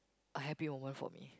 a happy moment for me